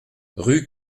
rue